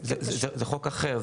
זה חוק אחר.